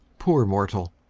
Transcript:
poor mortal!